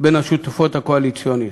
בין השותפות הקואליציוניות.